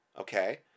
Okay